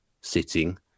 sitting